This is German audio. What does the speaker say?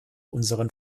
unseren